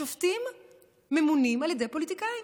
השופטים ממונים על ידי פוליטיקאים.